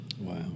Wow